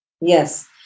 Yes